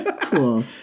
Cool